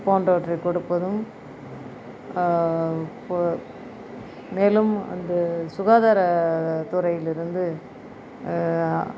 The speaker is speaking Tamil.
போன்றவற்றை கொடுப்பதும் போ மேலும் அந்த சுகாதாரதுறையில் இருந்து